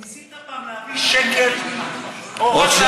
ניסית פעם להביא שקל, או רק להעביר ביקורת?